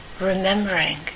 remembering